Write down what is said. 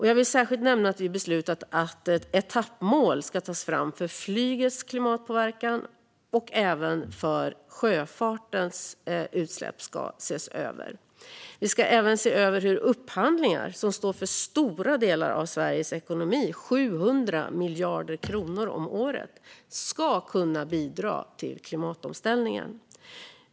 Jag vill särskilt nämna att vi har beslutat att ett etappmål ska tas fram för flygets klimatpåverkan. Även sjöfartens utsläpp ska ses över. Vi ska även se över hur upphandlingar, som står för stora delar av Sveriges ekonomi, 700 miljarder kronor om året, ska kunna bidra till klimatomställningen.